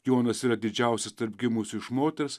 jonas yra didžiausias tarp gimusių iš moters